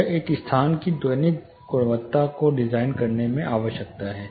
यह एक स्थान की ध्वनिक गुणवत्ता को डिजाइन करने में आवश्यक है